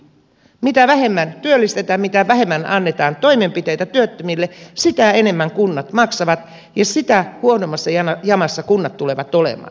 mitä vähemmän työllistetään mitä vähemmän annetaan toimenpiteitä työttömille sitä enemmän kunnat maksavat ja sitä huonommassa jamassa kunnat tulevat olemaan